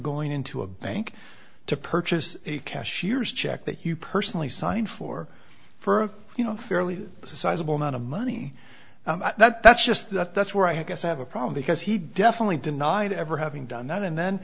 going into a bank to purchase a cashier's check that you personally signed for for you know fairly sizeable amount of money that that's just that that's where i guess i have a problem because he definitely denied ever having done that and then